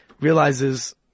realizes